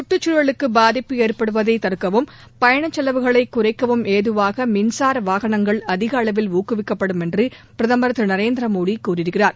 சுற்றுச்சூழலுக்கு பாதிப்பு ஏற்படுவதை தடுக்கவும் பயணச் செலவுகளை குறைக்கவும் ஏதுவாக மின்சார வாகனங்கள் அதிக அளவில் ஊக்குவிக்கப்படும் என்று பிரதமர் திரு நரேந்திர மோடி கூறியிருக்கிறார்